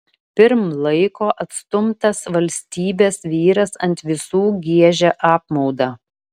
pirm laiko atstumtas valstybės vyras ant visų giežia apmaudą